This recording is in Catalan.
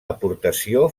aportació